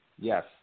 Yes